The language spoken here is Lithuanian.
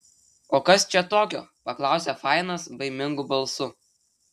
o kas čia tokio paklausė fainas baimingu balsu